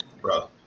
bro